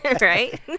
right